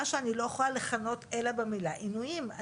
שאני לא יכולה לכנות אלא במילה עינויים.